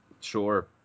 Sure